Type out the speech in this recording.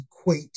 equate